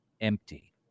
empty